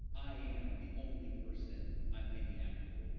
i am the only person i'm hanging out with.